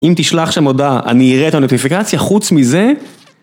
אם תשלח שם הודעה, אני אראה את הנוטיפיקציה, חוץ מזה...